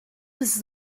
was